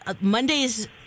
Monday's